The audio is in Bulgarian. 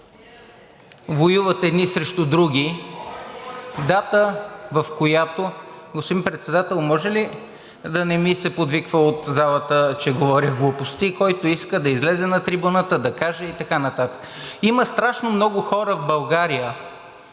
от „БСП за България“.) Дата, в която… Господин Председател, може ли да не ми се подвиква от залата, че говоря глупости. Който иска да излезе на трибуната, да каже и така нататък. Има страшно много хора в България,